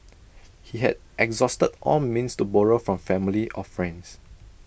he had exhausted all means to borrow from family or friends